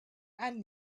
and